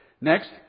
Next